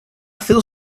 feel